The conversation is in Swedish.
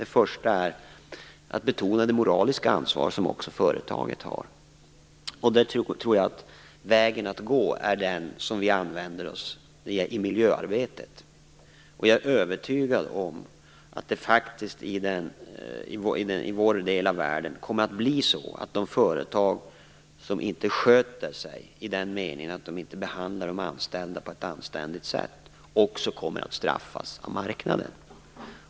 Det första är att betona det moraliska ansvar som också företaget har. Jag tror att vägen att gå är den som vi använder oss av i miljöarbetet. Jag är övertygad om att det i vår del av världen kommer att bli så att de företag som inte sköter sig, i den meningen att de inte behandlar de anställda på ett anständigt sätt, också kommer att straffas av marknaden.